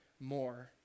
more